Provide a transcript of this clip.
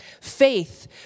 Faith